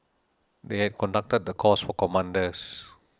they had conducted the course for commanders